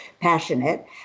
passionate